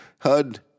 HUD